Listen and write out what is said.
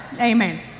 Amen